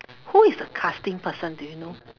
who is the casting person do you know